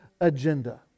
agenda